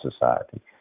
society